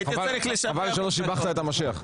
חבל שלא שיבחת את המשיח.